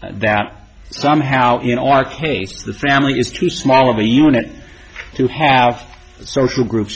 that somehow in our case the family is too small of a unit to have social group